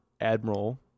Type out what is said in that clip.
Admiral